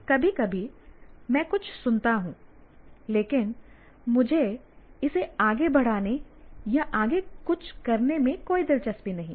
कभी कभी मैं कुछ सुनता हूं लेकिन मुझे इसे आगे बढ़ाने या आगे कुछ करने में कोई दिलचस्पी नहीं है